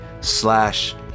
slash